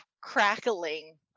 crackling